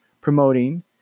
promoting